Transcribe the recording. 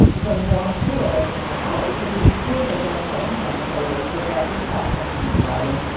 the more seed oils are in your diet because these pufas are pro-inflammatory. they prevent your fat cells from dividing.